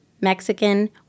Mexican